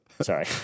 Sorry